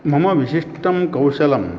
मम विशिष्टं कौशलं